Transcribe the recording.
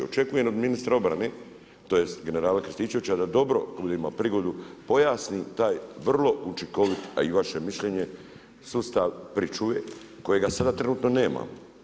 Očekujem od ministra obrane, tj. generala Krstičevića da dobro, kad bude imao prigodu, pojasni taj vrlo učinkovit, a i vaše mišljenje sustav pričuve kojega sada trenutno nemamo.